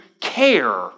care